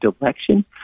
election